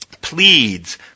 Pleads